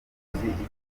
icyo